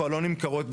הציבור יתרגל,